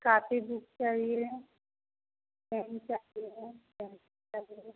copy book चाहिए pen चाहिए pencil चाहिए